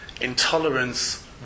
Intolerance